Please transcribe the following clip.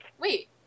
Wait